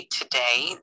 today